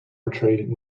portrayed